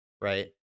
right